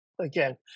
again